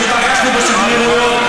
שפגשנו בשגרירויות,